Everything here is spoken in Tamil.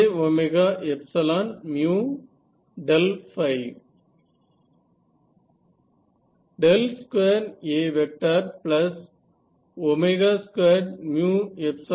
A 2A J 2A jA j 2A2A